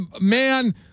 man